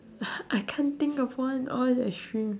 I can't think of one all is extreme